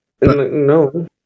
No